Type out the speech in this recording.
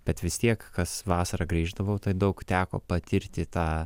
bet vis tiek kas vasarą grįždavau tai daug teko patirti tą